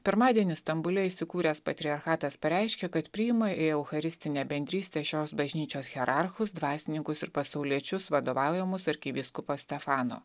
pirmadienį stambule įsikūręs patriarchatas pareiškė kad priima į eucharistinę bendrystę šios bažnyčios hierarchus dvasininkus ir pasauliečius vadovaujamus arkivyskupo stefano